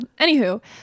Anywho